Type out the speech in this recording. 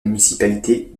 municipalité